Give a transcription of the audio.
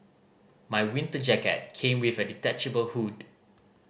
my winter jacket came with a detachable hood